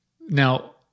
now